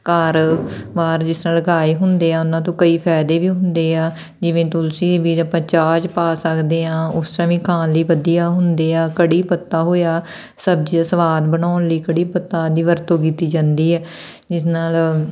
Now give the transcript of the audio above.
ਘਰ ਬਾਹਰ ਜਿਸ ਨਾਲ ਲਗਾਏ ਹੁੰਦੇ ਆ ਉਹਨਾਂ ਤੋਂ ਕਈ ਫਾਇਦੇ ਵੀ ਹੁੰਦੇ ਆ ਜਿਵੇਂ ਤੁਲਸੀ ਵੀ ਜੇ ਆਪਾਂ ਚਾਹ 'ਚ ਪਾ ਸਕਦੇ ਹਾਂ ਉਸ ਤਰ੍ਹਾਂ ਵੀ ਖਾਣ ਲਈ ਵਧੀਆ ਹੁੰਦੀ ਆ ਕੜੀ ਪੱਤਾ ਹੋਇਆ ਸਬਜ਼ੀਆਂ ਸਵਾਦ ਬਣਾਉਣ ਲਈ ਕੜੀ ਪੱਤਾ ਦੀ ਵਰਤੋਂ ਕੀਤੀ ਜਾਂਦੀ ਹੈ ਜਿਸ ਨਾਲ